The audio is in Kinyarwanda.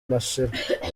mashira